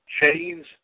Chains